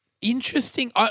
interesting